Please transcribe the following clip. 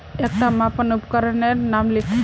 एकटा मापन उपकरनेर नाम लिख?